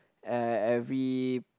uh every